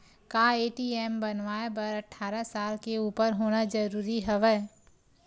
का ए.टी.एम बनवाय बर अट्ठारह साल के उपर होना जरूरी हवय?